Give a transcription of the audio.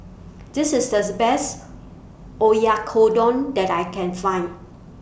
This IS This Best Oyakodon that I Can Find